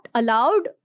allowed